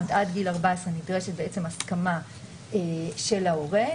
אומרת עד גיל 14 נדרשת הסכמה של ההורה.